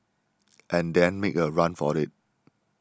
and then make a run for it